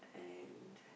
and